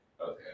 okay